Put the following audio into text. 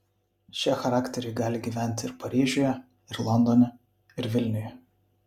šie charakteriai gali gyventi ir paryžiuje ir londone ir vilniuje